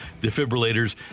defibrillators